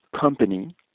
company